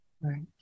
Right